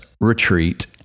retreat